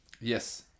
Yes